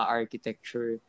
architecture